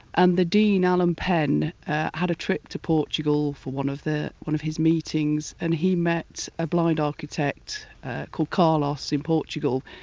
and the dean alan penn had a trip to portugal for one of the, one of his meetings. and he met a blind architect called carlos in portugal,